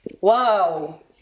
Wow